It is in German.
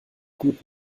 gut